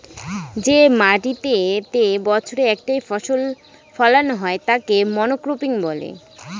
যে মাটিতেতে বছরে একটাই ফসল ফোলানো হয় তাকে মনোক্রপিং বলে